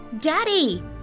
Daddy